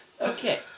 Okay